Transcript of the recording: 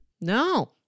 no